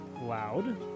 loud